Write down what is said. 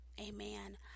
Amen